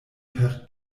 per